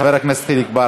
חבר הכנסת חיליק בר,